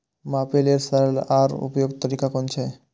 मापे लेल सरल आर उपयुक्त तरीका कुन छै?